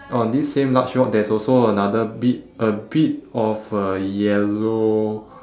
on this same large rock there's also another bit a bit of a yellow